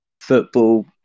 football